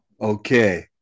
Okay